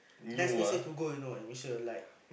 nice places to go you know at Malaysia like